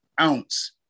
ounce